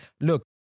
look